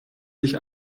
sich